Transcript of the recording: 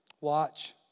Watch